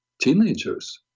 teenagers